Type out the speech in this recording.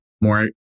more